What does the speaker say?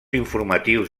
informatius